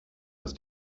ist